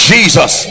Jesus